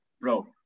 bro